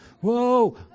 Whoa